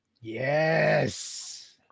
yes